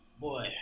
boy